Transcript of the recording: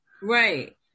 Right